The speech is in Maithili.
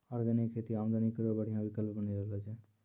ऑर्गेनिक खेती आमदनी केरो बढ़िया विकल्प बनी रहलो छै